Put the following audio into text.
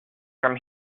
from